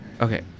Okay